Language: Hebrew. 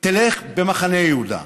תלך במחנה יהודה,